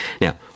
Now